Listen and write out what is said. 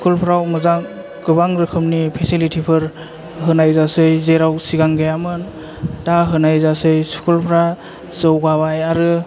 स्कुलफ्राव मोजां गोबां रोखोमनि फेसिलिथिफोर होनाय जासै जेराव सिगां गैयामोन दा होनाय जासै स्कुलफ्रा जौगाबाय आरो